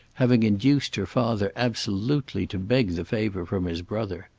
having induced her father absolutely to beg the favour from his brother.